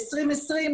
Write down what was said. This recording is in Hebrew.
ב-2020,